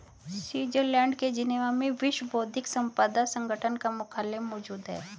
Switzerland के Geneva में विश्व बौद्धिक संपदा संगठन का मुख्यालय मौजूद है